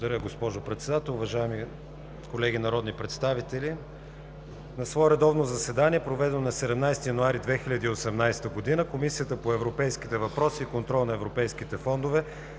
Благодаря, госпожо Председател! Уважаеми колеги народни представители! „На свое редовно заседание, проведено на 17 януари 2018 г., Комисията по Европейските въпроси и контрол на европейските фондове